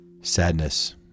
Sadness